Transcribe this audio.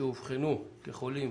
שאובחנו כחולים